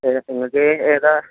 നിങ്ങൾക്ക് ഏതാണ്